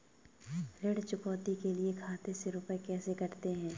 ऋण चुकौती के लिए खाते से रुपये कैसे कटते हैं?